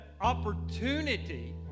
opportunity